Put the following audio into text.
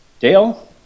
Dale